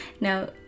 Now